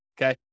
Okay